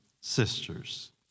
sisters